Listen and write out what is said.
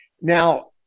now